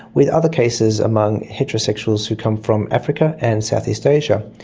with other cases among heterosexuals who come from africa and southeast asia.